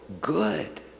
good